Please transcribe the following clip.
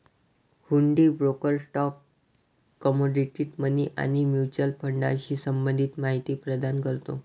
हुंडी broker stock, commodity, money आणि mutual फंडाशी संबंधित माहिती प्रदान करतो